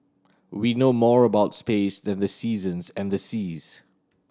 we know more about space than the seasons and the seas